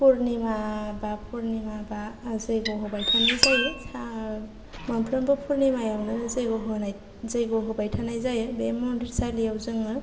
पुर्निमा बा पुर्निमा बा जैग' होबाय थानाय जायो मोनफ्रोमबो पुर्निमायावनो जैग' होनाय जैग' होबाय थानाय जायो बे मन्दिरसालिआव जोङो